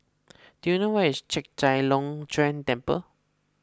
do you know where is Chek Chai Long Chuen Temple